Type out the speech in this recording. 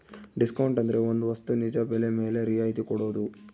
discount ಅಂದ್ರೆ ಒಂದ್ ವಸ್ತು ನಿಜ ಬೆಲೆ ಮೇಲೆ ರಿಯಾಯತಿ ಕೊಡೋದು